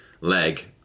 leg